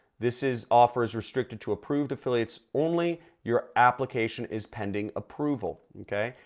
this is offers restricted to approved affiliates only your application is pending approval, okay?